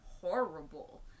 horrible